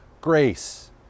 grace